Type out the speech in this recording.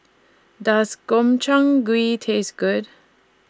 Does Gobchang Gui Taste Good